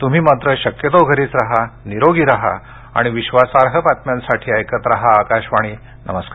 तुम्ही मात्र शक्यतो घरीच राहा निरोगी राहा आणि विश्वासार्ह बातम्यांसाठी ऐकत राहा आकाशवाणी नमस्कार